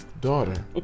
daughter